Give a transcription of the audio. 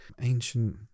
ancient